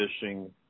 fishing